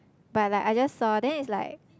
but like I just saw then it's like